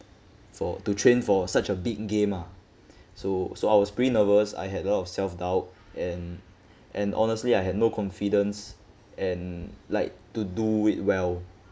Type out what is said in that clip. for to train for such a big game ah so so I was pretty nervous I had a lot of self doubt and and honestly I had no confidence and like to do it well